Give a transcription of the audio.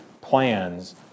plans